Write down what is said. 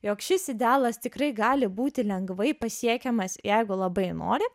jog šis idealas tikrai gali būti lengvai pasiekiamas jeigu labai nori